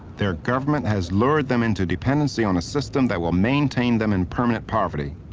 their government has lured them into dependency on a system that will maintain them in permanent poverty.